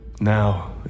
now